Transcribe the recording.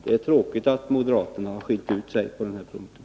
Det är tråkigt att moderaterna skilt ut sig på den punkten.